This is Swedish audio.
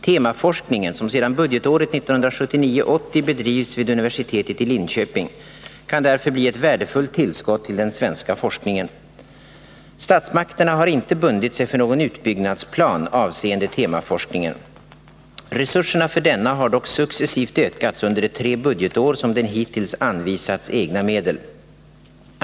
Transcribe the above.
Temaforskningen, som sedan budgetåret 1979/80 bedrivs vid universitetet i Linköping, kan därför bli ett värdefullt tillskott till den svenska forskningen. Statsmakterna har inte bundit sig för någon utbyggnadsplan avseende temaforskningen. Resurserna för denna har dock successivt ökats under de tre budgetår som den hittills anvisats egna medel.